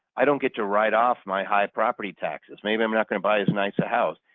i don't get to write off my high property taxes. maybe i'm not going to buy as nice a house.